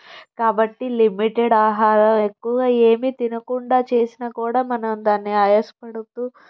కాబట్టి లిమిటెడ్ ఆహారం ఎక్కువగా ఏమి తినకుండా చేసినా కూడా మనం దాన్ని ఆయాస పడవద్దు